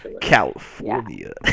California